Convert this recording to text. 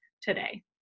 today